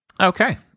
Okay